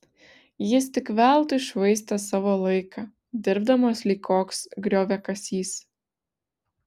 jis tik veltui švaistė savo laiką dirbdamas lyg koks grioviakasys